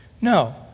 No